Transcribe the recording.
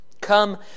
Come